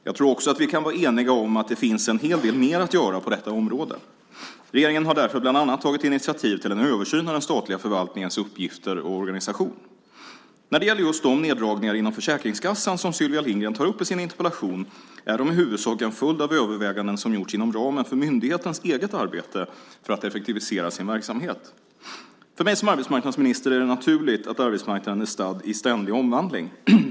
Jag tror också att vi kan vara eniga om att det finns en hel del mer att göra på detta område. Regeringen har därför tagit initiativ bland annat till en översyn av den statliga förvaltningens uppgifter och organisation. När det gäller just de neddragningar inom Försäkringskassan som Sylvia Lindgren tar upp i sin interpellation, är de i huvudsak en följd av överväganden som gjorts inom ramen för myndighetens eget arbete för att effektivisera sin verksamhet. För mig som arbetsmarknadsminister är det naturligt att arbetsmarknaden är stadd i ständig omvandling.